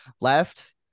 left